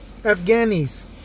Afghanis